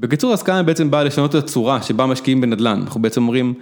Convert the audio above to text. בקיצור הסקאנה בעצם באה לשנות את הצורה שבה משקיעים בנדלן, אנחנו בעצם אומרים